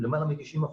למעלה מ-90%,